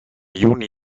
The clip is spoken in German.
juni